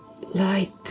light